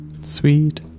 Sweet